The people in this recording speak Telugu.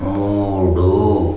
మూడు